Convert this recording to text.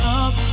up